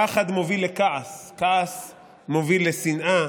פחד מוביל לכעס, כעס מוביל לשנאה,